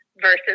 versus